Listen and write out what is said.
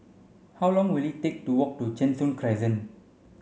how long will it take to walk to Cheng Soon Crescent